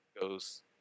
goes